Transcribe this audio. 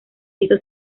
hizo